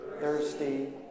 thirsty